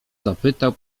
zapytał